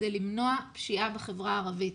כדי למנוע פשיעה בחברה הערבית.